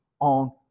on